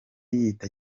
yita